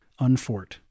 unfort